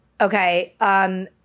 Okay